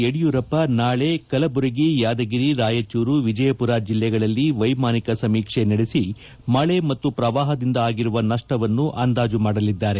ಯಡಿಯೂರಪ್ಪ ನಾಳೆ ಕಲಬುರಗಿ ಯಾದಗಿರಿ ರಾಯಚೂರು ವಿಜಯಪುರ ಜಲ್ಲೆಗಳಲ್ಲಿ ವೈಮಾನಿಕ ಸಮೀಕ್ಷೆ ನಡೆಸಿ ಮಳೆ ಮತ್ತು ಪ್ರವಾಹದಿಂದ ಆಗಿರುವ ನಪ್ಪವನ್ನು ಅಂದಾಜು ಮಾಡಲಿದ್ದಾರೆ